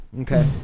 Okay